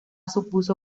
supuso